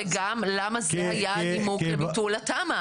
וגם למה זה היה הנימוק לביטול התמ"א?